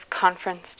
conference